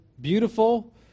beautiful